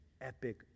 epic